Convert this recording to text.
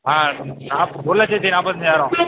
ஆ நாப் ஒரு லட்சத்து நாற்பத்தஞ்சாயிரம்